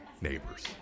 neighbors